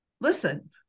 listen